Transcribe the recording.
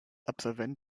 absolvent